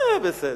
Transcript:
יהיה בסדר.